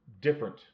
different